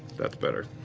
that's better!